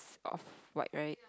off white right